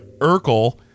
Urkel